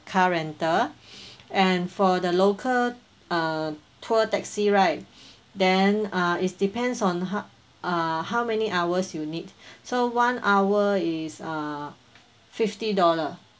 car rental and for the local uh tour taxi right then ah it's depends on how uh how many hours you need so one hour is uh fifty dollar